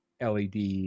LED